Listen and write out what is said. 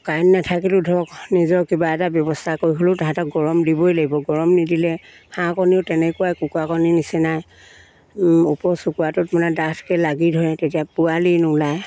current নেথাকিলও ধৰক নিজৰ কিবা এটা ব্যৱস্থা কৰি হ'লেও তাহাঁতক গৰম দিবই লাগিব গৰম নিদিলে হাঁহ কণীও তেনেকুৱাই কুকুৰা কণী নিচিনাই ওপৰ চুকুৰাটোত মানে ডাঠকে লাগি ধৰে তেতিয়া পোৱালি নোলায়